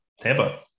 Tampa